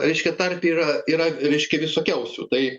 reiškia tarpe yra yra reiškia visokiausių tai